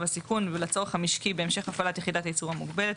הסיכון ולצורך המשקי בהמשך הפעלת יחידת הייצור המוגבלת,